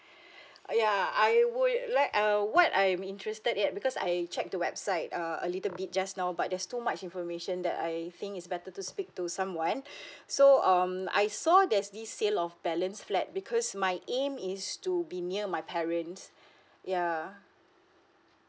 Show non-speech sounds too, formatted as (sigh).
(breath) uh ya I would like uh what I'm interested yet because I check the website err a little bit just now but there's too much information that I think it's better to speak to someone (breath) so um I saw there's this sale of balance flat because my aim is to be near my parents ya